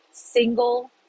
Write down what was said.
single